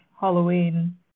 Halloween